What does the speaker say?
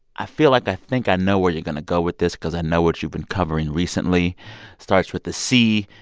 i feel like i think i know where you're going to go with this because i know what you've been covering recently starts with the a c,